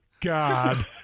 God